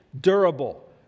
durable